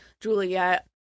Juliet